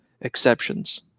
exceptions